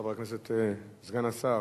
חבר הכנסת סגן השר,